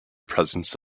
presence